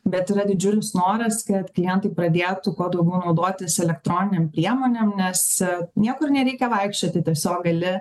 bet yra didžiulis noras kad klientai pradėtų kuo daugiau naudotis elektroninėm priemonėm nes niekur nereikia vaikščioti tiesiog gali